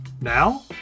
Now